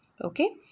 Okay